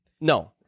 No